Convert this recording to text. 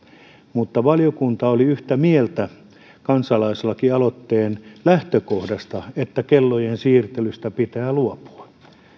mutta valiokunta oli yhtä mieltä kansalaislakialoitteen lähtökohdasta että kellojen siirtelystä pitää luopua